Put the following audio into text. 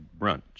brunch